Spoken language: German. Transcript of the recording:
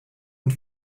und